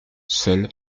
seul